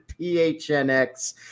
PHNX